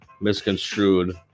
misconstrued